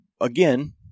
again